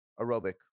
aerobic